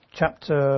chapter